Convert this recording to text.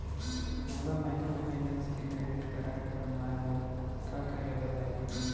मोला माइक्रोफाइनेंस के credit card बनवाए बर का करे बर लागही?